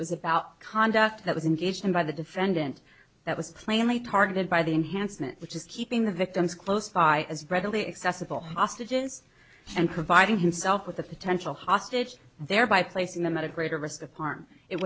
it was about conduct that was engaged in by the defendant that was plainly targeted by the enhancement which is keeping victims close by as readily accessible hostages and providing himself with a potential hostage thereby placing them at a greater risk of harm it